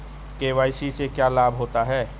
KYC से क्या लाभ होता है?